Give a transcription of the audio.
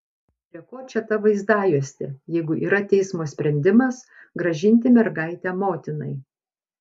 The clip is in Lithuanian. prie ko čia ta vaizdajuostė jeigu yra teismo sprendimas grąžinti mergaitę motinai